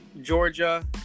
Georgia